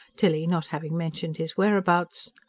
tilly not having mentioned his whereabouts.